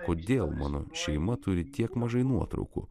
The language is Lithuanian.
kodėl mano šeima turi tiek mažai nuotraukų